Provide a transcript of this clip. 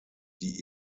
die